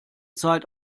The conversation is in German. zeit